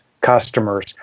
customers